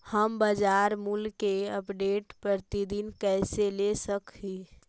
हम बाजार मूल्य के अपडेट, प्रतिदिन कैसे ले सक हिय?